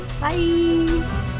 Bye